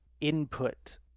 input